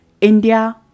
India